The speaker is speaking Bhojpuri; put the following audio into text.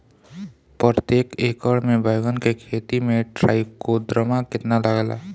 प्रतेक एकर मे बैगन के खेती मे ट्राईकोद्रमा कितना लागेला?